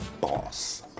boss